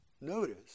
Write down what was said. notice